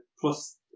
plus